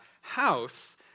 house